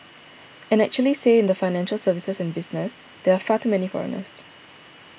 and actually say in the financial services and business there are far too many foreigners